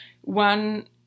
one